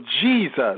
Jesus